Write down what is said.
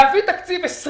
להביא תקציב 2020